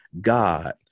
God